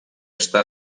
està